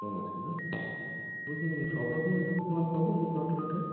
কম আছে না বলছি সব রকমের মাল পাব আমি লটে লটে